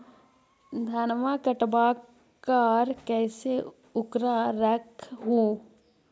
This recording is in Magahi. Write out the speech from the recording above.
धनमा कटबाकार कैसे उकरा रख हू?